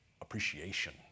appreciation